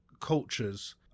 cultures